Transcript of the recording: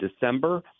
December